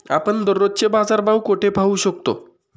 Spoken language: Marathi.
आपण दररोजचे बाजारभाव कोठे पाहू शकतो?